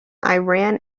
iran